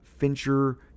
Fincher